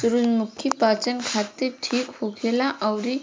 सूरजमुखी पाचन खातिर ठीक होखेला अउरी